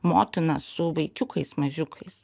motina su vaikiukais mažiukais